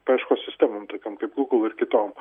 paieškos sistemom tokiom kaip google ir kitom